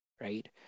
right